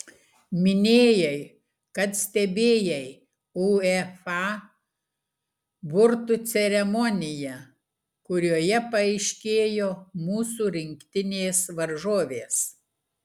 minėjai kad stebėjai uefa burtų ceremoniją kurioje paaiškėjo mūsų rinktinės varžovės